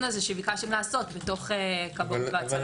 הזה שביקשתם לעשות בתוך כבאות והצלה.